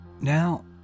Now